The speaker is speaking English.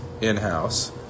in-house